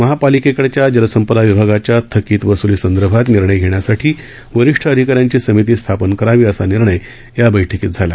महापालिकेकडच्या जलसंपदा विभागाच्या थकीत वसुलीसंदर्भात निर्णय घेण्यासाधी वरिष् अधिकाऱ्यांची समिती स्थापन करावी असा निर्णय या बै कीत झाला